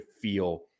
feel